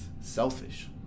Selfish